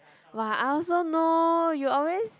!wah! I also know you always